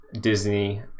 disney